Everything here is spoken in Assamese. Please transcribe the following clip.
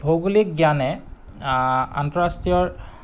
ভৌগোলিক জ্ঞানে আন্তঃৰাষ্ট্ৰীয়ৰ